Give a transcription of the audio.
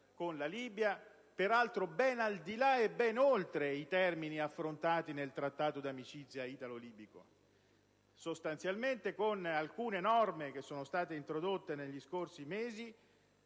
con la Libia, peraltro ben al di là e ben oltre i termini affrontati nel Trattato di amicizia italo-libico. Con alcune norme introdotte negli scorsi mesi